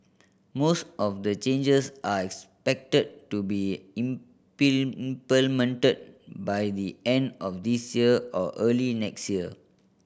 most of the changes are expected to be implemented by the end of this year or early next year